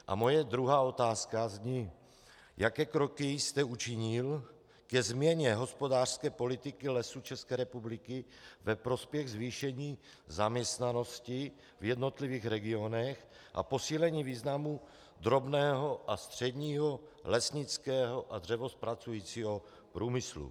A moje druhá otázka zní: Jaké kroky jste učinil ke změně hospodářské politiky Lesů ČR ve prospěch zvýšení zaměstnanosti v jednotlivých regionech a posílení významu drobného a středního lesnického a dřevozpracujícího průmyslu?